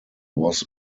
was